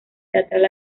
teatral